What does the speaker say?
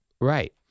Right